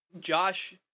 Josh